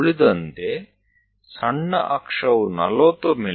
ಉಳಿದಂತೆ ಸಣ್ಣ ಅಕ್ಷವು 40 ಮಿ